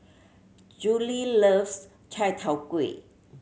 Julie loves chai tow kway